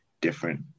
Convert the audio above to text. different